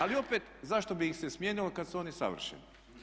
Ali opet, zašto bi ih se smijenilo kad su oni savršeni?